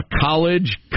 College